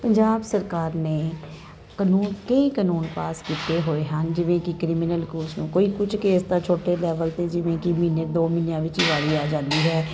ਪੰਜਾਬ ਸਰਕਾਰ ਨੇ ਕਾਨੂੰਨ ਕਈ ਕਾਨੂੰਨ ਪਾਸ ਕੀਤੇ ਹੋਏ ਹਨ ਜਿਵੇਂ ਕਿ ਕ੍ਰਿਮੀਨਲ ਕੋਰਸ ਨੂੰ ਕੋਈ ਕੁਝ ਕੇਸ ਤਾਂ ਛੋਟੇ ਲੈਵਲ 'ਤੇ ਜਿਵੇਂ ਕਿ ਮਹੀਨੇ ਦੋ ਮਹੀਨਿਆਂ ਵਿੱਚ ਵਾਰੀ ਆ ਜਾਂਦੀ ਹੈ